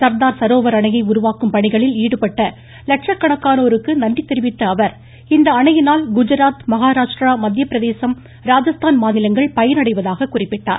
சர்தார் சரோவர் அணையை உருவாக்கும் பணிகளில் ஈடுபட்ட லட்சக்கணக்கானோருக்கு நன்றி தெரிவித்த அவர் இந்த அணையினால் குஜராத் மகாராஷ்ட்ரா மத்திய பிரதேசம் ராஜஸ்தான் மாநிலங்கள் பயனடைவதாக குறிப்பிட்டார்